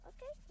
Okay